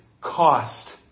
cost